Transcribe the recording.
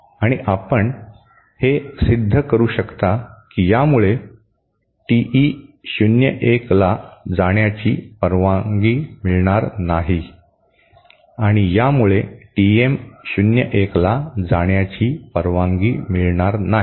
आणि आपण हे सिद्ध करू शकता की यामुळे टीई 01ला जाण्याची परवानगी मिळणार नाही आणि यामुळे टीएम 01 ला जाण्याची परवानगी मिळणार नाही